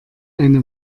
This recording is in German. eine